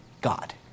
God